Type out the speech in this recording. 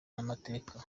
n’amategeko